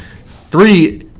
Three